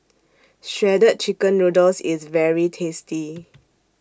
Shredded Chicken Noodles IS very tasty